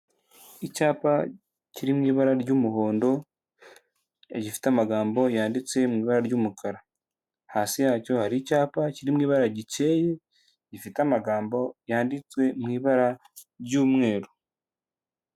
Icyapa kiri mu ibara ry'umuhondo gifite amagambo yanditse mu ibara ry'umukara, hasi yacyo hari icyapa kiri mu ibara gikeye gifite amagambo yanditswe mu ibara ry'umweru.